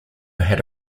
had